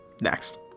Next